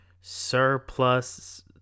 surplus